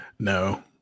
No